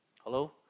Hello